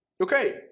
Okay